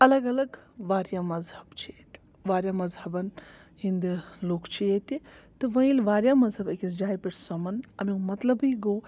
الگ الگ واریاہ مذہب چھِ ییٚتہِ واریاہ مذہبَن ہٕنٛدۍ لُکھ چھِ ییٚتہِ تہٕ وۄنۍ ییٚلہِ واریاہ مذہب أکِس جایہِ پٮ۪ٹھ سمن امیُک مطلبٕے گوٚو